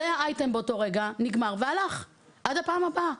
זה היה אייטם באותו רגע, נגמר והלך עד הפעם הבאה.